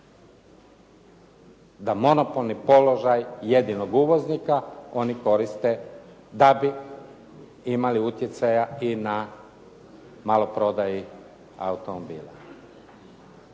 da monopolni položaj jedinog uvoznika oni koriste da bi imali utjecaja i na maloprodaji automobila.